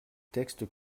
texte